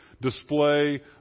display